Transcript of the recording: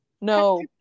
no